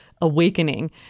awakening